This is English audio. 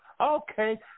okay